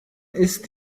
ist